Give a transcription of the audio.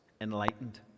enlightened